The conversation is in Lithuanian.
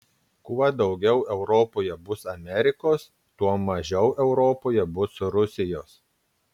kuo daugiau europoje bus amerikos tuo mažiau europoje bus rusijos